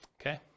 Okay